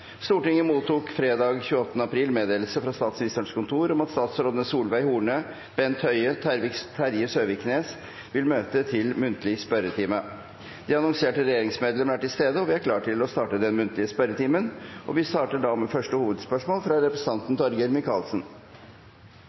Stortinget mottok fredag 28. april meddelelse fra Statsministerens kontor om at statsrådene Solveig Horne, Bent Høie og Terje Søviknes vil møte til muntlig spørretime. De annonserte regjeringsmedlemmene er til stede, og vi er klare til å starte den muntlige spørretimen. Vi starter da med første hovedspørsmål, som er fra representanten Torgeir Micaelsen.